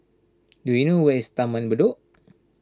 do you know where is Taman Bedok